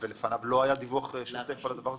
לפניו לא היה דיווח שוטף לרשות על הדבר הזה?